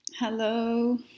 Hello